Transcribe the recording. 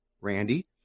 Randy